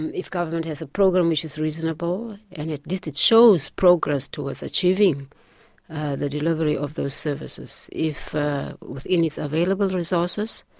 and if government has a program which is reasonable, and at least it shows progress towards achieving the delivery of those services, if within its available resources